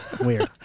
Weird